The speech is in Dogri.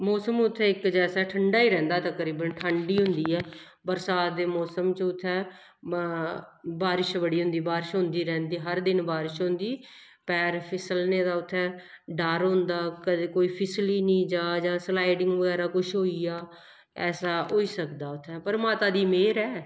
मोसम उत्थें इक जैसा तकरीबन ठंड ही होंदी ऐ बरसात दे मोसम च उत्थें बा बारिश बड़ी होंदी ऐ बारिश होंदे रैंह्दी हर दिन बारिश होंदी पैर फिसलने दा उत्थें डर होंदा कदें कोई फिसली निं जा जां स्लाडिंग बगैरा कुछ होई जा ऐसा होई सकदा उत्थें पर माता दी मेह्र ऐ